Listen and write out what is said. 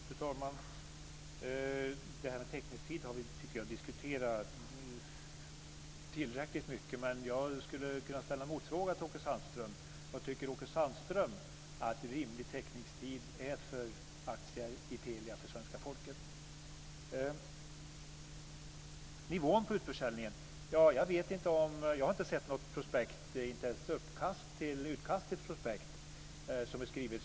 Fru talman! Teckningstiden tycker jag att vi har diskuterat tillräckligt mycket. Men jag skulle kunna ställa en motfråga till Åke Sandström: Vad tycker Åke Sandström är rimlig teckningstid för aktier i Nivån på utförsäljningen har jag inte sett något prospekt för, inte ens ett utkast till prospekt.